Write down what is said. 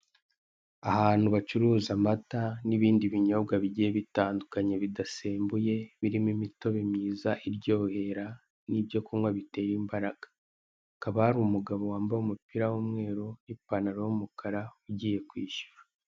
Ahantu bacuruza amata n'ibindi binyobwa bigiye bitandukanye bidasembuye birimo; imitobe myiza iryohera n'ibyo kunywa bitera imbaraga. Hakaba hari umugabo wambaye umupira w'umweru n'ipantaro y'umukara ugiye kwishyura.